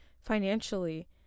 financially